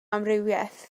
amrywiaeth